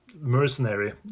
mercenary